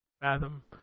fathom